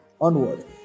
onward